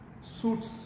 suits